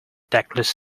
tactless